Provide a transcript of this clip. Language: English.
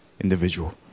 individual